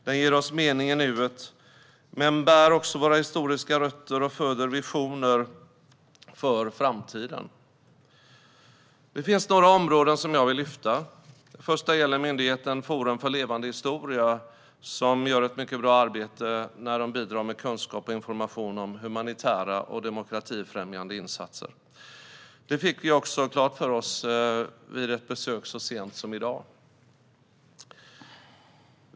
Den ger oss mening i nuet men bär också våra historiska rötter och föder visioner för framtiden. Det finns några områden som jag vill lyfta fram. Det första gäller myndigheten Forum för levande historia, som gör ett mycket bra arbete när de bidrar med kunskap och information om humanitära och demokratifrämjande insatser. Det fick vi också klart för oss vid ett besök så sent som i dag.